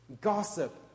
gossip